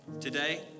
today